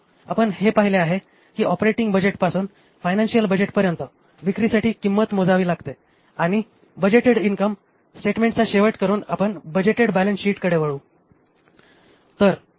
आपण हे पाहिले आहे की ऑपरेटिंग बजेटपासून फायनान्शिअल बजेटपर्यंत विक्रीसाठी किंमत मोजावी लागते आणि बजेटेड इन्कम स्टेटमेंटचा शेवट करून आपण बजेटेड बॅलन्सशीटकडे वळू